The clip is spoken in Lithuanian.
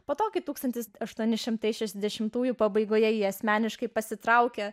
po to kai tūkstantis aštuoni šimtai šešiasdešimtųjų pabaigoje jie asmeniškai pasitraukė